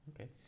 Okay